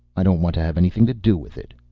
i don't want to have anything to do with it.